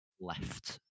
left